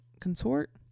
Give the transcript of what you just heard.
Consort